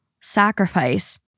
sacrifice